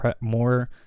more